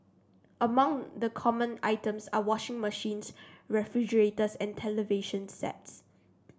among the common items are washing machines refrigerators and television sets